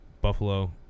Buffalo